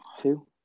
two